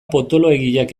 potoloegiak